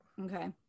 Okay